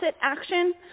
action